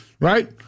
Right